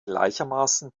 gleichermaßen